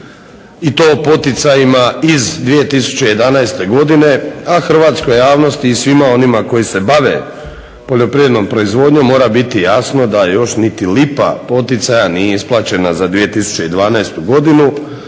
i to poticajima iz 2011. godine, a hrvatskoj javnosti i svima onima koji se bave poljoprivrednom proizvodnjom mora biti jasno da još niti lipa poticaja nije isplaćena za 2012. godinu